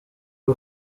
w’u